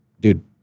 dude